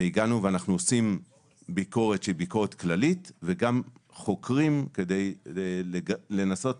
אנחנו עושים ביקורת כללית וגם חוקרים כדי לנסות